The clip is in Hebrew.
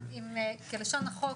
כלשון החוק,